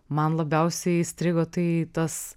man labiausiai įstrigo tai tas